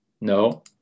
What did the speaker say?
No